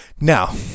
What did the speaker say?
Now